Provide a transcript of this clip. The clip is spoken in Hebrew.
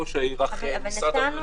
משרד הבריאות,